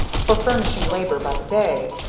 for furnishing labor by the day.